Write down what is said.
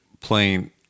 playing